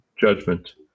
judgment